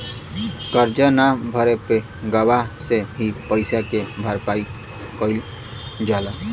करजा न भरे पे गवाह से ही पइसा के भरपाई कईल जाला